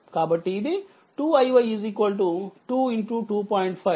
కాబట్టిఇది 2iy 22